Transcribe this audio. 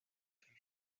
from